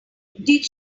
did